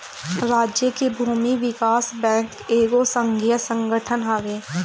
राज्य के भूमि विकास बैंक एगो संघीय संगठन हवे